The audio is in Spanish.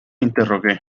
interrogué